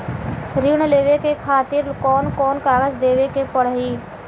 ऋण लेवे के खातिर कौन कोन कागज देवे के पढ़ही?